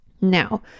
Now